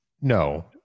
No